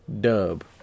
dub